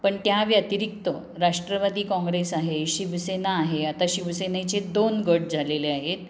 पण त्या व्यतिरिक्त राष्ट्रवादी काँग्रेस आहे शिवसेना आहे आता शिवसेनेचे दोन गट झालेले आहेत